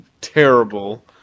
terrible